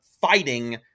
fighting